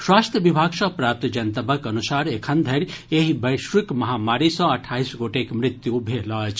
स्वास्थ्य विभाग सँ प्राप्त जनतबक अनुसार एखन धरि एहि वैश्विक महामारी सँ अठाईस गोटेक मृत्यु भेल अछि